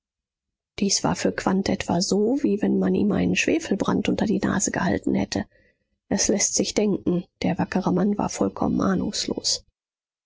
dies war für quandt etwa so wie wenn man ihm einen schwefelbrand unter die nase gehalten hätte es läßt sich denken der wackere mann war vollkommen ahnungslos